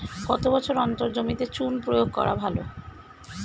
কত বছর অন্তর জমিতে চুন প্রয়োগ করা ভালো?